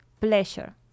pleasure